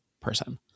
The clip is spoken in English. person